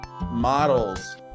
models